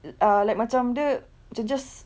uh ah like macam dia ju~ just